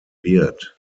beard